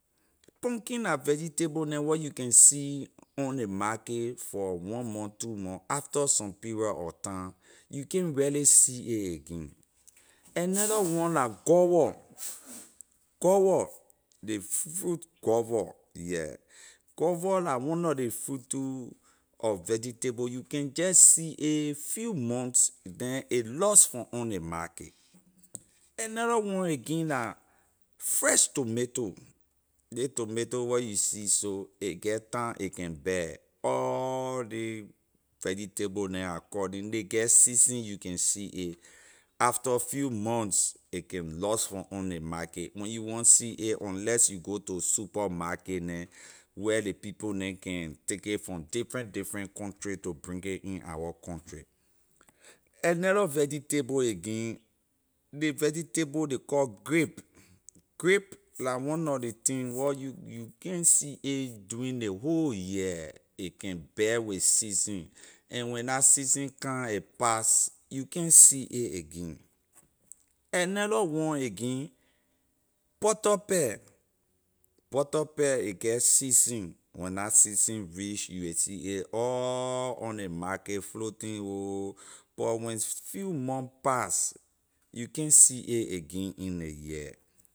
Pumpkin la vegetable neh where you can see on ley market for one month two month after some period of time you can’t really see it again another one la gorwor gorwor ley fruit gorwor yeah gorwor la one nor ley fruit too or vegetable you can jeh see a few months then a lose from on ley markay another one again la fresh tomato ley tomato where you see so a get time a can bear all ley vegetable neh I calling ley get season you can see a after few months a lose from the markay when you want see a unless you go to supermarket neh where ley people neh can take a from different different country to bring it in our country another vegetable again ley vegetable ley call grape, grape la one nor ley thing where you you can’t see a during ley whole year a can bear with season and when la season come a pass you can’t see a again another one again butter pea, butter pea a get season when la season reach you will see a all on ley market floating ho but when few months pass you can’t see a again during ley year.